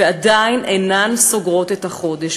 ועדיין אינן סוגרות את החודש.